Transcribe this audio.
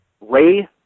Ray